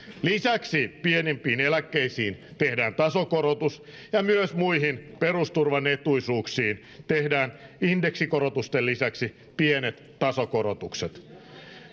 lisäksi pienimpiin eläkkeisiin tehdään tasokorotus ja myös muihin perusturvan etuisuuksiin tehdään indeksikorotusten lisäksi pienet tasokorotukset